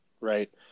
right